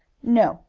no.